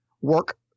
work